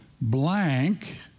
blank